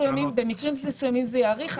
במקרים מסוימים זה יאריך,